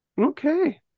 okay